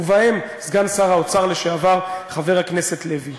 ובהם סגן שר האוצר לשעבר חבר הכנסת לוי.